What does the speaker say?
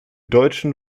deutschen